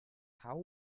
how